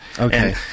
okay